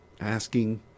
asking